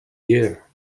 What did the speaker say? year